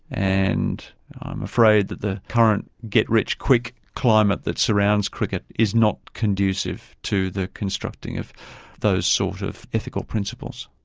and i'm afraid that the current get-rich-quick climate that surrounds cricket is not conducive to the constructing of those sort of ethical principles.